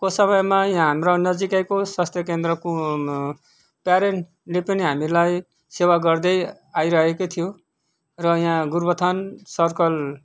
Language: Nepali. को समयमा यहाँ हाम्रा नजिकैको स्वास्थ्य केन्द्र प्यारेन्टले पनि हामीलाई सेवा गर्दै आइरहेको थियो र यहाँ गोरुबथान सर्कल